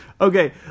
Okay